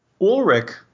Ulrich